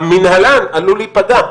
המנהלן עלול להיפגע,